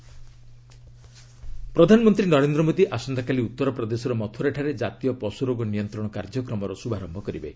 PM Mathura ପ୍ରଧାନମନ୍ତ୍ରୀ ନରେନ୍ଦ୍ର ମୋଦୀ ଆସନ୍ତାକାଲି ଉତ୍ତରପ୍ରଦେଶର ମଥୁରାଠାରେ ଜାତୀୟ ପଶୁରୋଗ ନିୟନ୍ତ୍ରଣ କାର୍ଯ୍ୟକ୍ରମର ଶୁଭାରମ୍ଭ କରିବେ